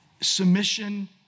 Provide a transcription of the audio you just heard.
submission